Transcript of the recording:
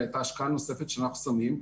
אלא גם על ההשקעה הנוספת שאנחנו שמים.